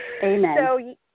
Amen